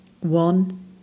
one